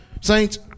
saints